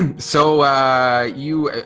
um so you,